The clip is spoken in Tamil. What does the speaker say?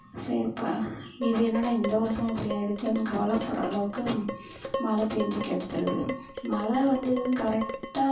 சரிப்பா இது என்னடா இந்த வருடமும் இப்படி ஆகிடுச்சேன்னு கவலைப்பட்ற அளவுக்கு மழை பெஞ்சி கெடுத்துடுது மழை வந்து கரெக்டாக